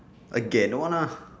again don't want lah